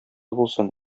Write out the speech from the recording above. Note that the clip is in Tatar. булсын